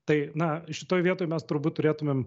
tai na šitoj vietoj mes turbūt turėtumėm